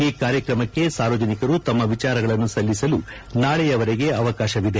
ಈ ಕಾರ್ಯಕ್ರಮಕ್ಕೆ ಸಾರ್ವಜನಿಕರು ತಮ್ಮ ವಿಚಾರಗಳನ್ನು ಸಲ್ಲಿಸಲು ನಾಳೆಯವರೆಗೆ ಅವಕಾಶವಿದೆ